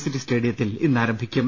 ഴ്സിറ്റി സ്റ്റേഡിയത്തിൽ ഇന്ന് ആരംഭിക്കും